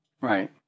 Right